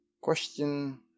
Question